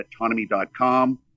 autonomy.com